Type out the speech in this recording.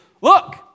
look